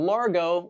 Largo